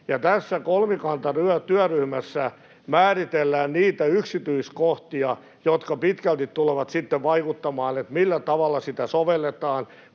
tässä kolmikantatyöryhmässä määritellään niitä yksityiskohtia, jotka pitkälti tulevat sitten vaikuttamaan siihen, millä tavalla sitä sovelletaan.